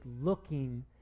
looking